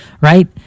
right